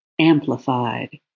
amplified